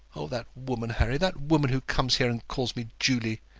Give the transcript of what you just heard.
oh, that woman, harry that woman who comes here and calls me julie!